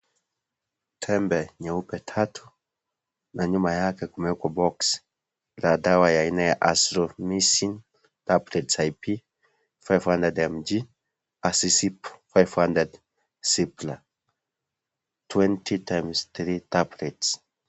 Tembe nyeupe tatu na nyuma yake kumewekwa boksi ya dawa ya aina ya Azithromycin Tablets IP, 500mg, Azicip 500. zipla 20*3 tablets.